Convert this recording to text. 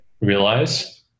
realize